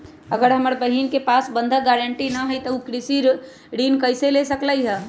अगर हमर बहिन के पास बंधक गरान्टी न हई त उ कृषि ऋण कईसे ले सकलई ह?